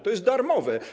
To jest darmowe.